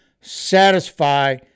satisfy